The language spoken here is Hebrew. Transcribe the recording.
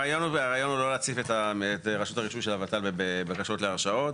הרעיון הוא לא להציף את רשות הרישוי של הות"ל בבקשות להרשאות.